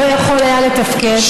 לא יכול היה לתפקד.